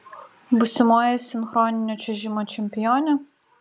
būsimoji sinchroninio čiuožimo čempionė